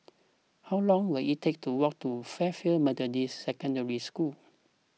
how long will it take to walk to Fairfield Methodist Secondary School